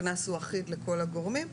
הקנס הוא אחיד לכל הגורמים.